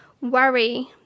worry